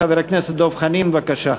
חבר הכנסת דב חנין, בבקשה.